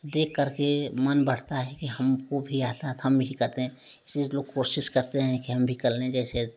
देख कर के मन बढ़ता है कि हमको भी आता था हम भी करते इस चीज लोग कोशिश करते हैं कि हम कर लें जैसे